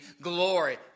glory